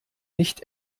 nicht